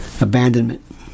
Abandonment